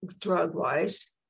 drug-wise